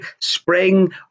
spring